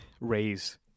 raise